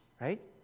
Right